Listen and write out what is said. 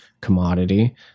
commodity